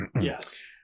Yes